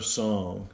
song